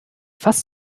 fast